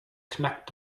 knackt